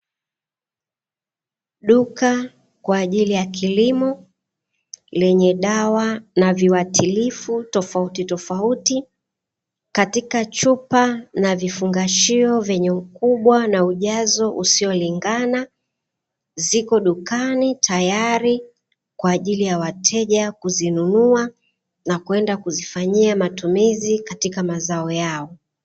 Duka kwa ajili ya kilimo lenye dawa na viwatilivu tofautitofauti katika chupa na vifungashio vyenye ukubwa na ujazo usiolingana, ziko dukani tayari kwa ajili ya wateja kuzinunua na kwenda kuzifanyia matumizi katika mazao yao.